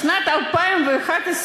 בשנת 2011,